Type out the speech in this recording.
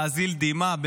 להזיל דמעה,